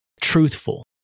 truthful